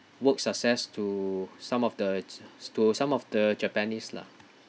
work success to some of the s~ to some of the japanese lah